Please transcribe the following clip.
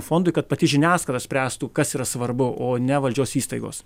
fondui kad pati žiniasklaida spręstų kas yra svarbu o ne valdžios įstaigos